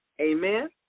Amen